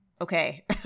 okay